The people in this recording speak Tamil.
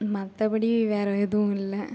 மற்றபடி வேறு எதுவும் இல்லை